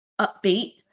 Upbeat